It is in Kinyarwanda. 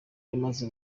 yamaze